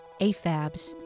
AFABs